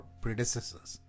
predecessors